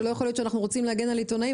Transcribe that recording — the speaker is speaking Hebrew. שלא יכול להיות שאנחנו רוצים להגן על עיתונאים